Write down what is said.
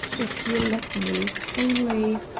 if you'll let me, only